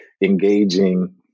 engaging